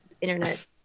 internet